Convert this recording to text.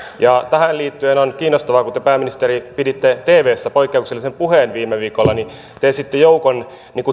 tähän liittyen on kiinnostavaa että kun te pääministeri piditte tvssä poikkeuksellisen puheen viime viikolla niin te esititte joukon